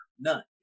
None